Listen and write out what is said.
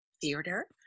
theater